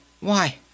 Why